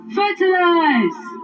fertilize